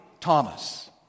Thomas